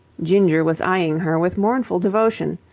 ginger was eyeing her with mournful devotion.